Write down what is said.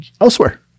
elsewhere